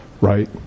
right